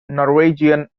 norwegian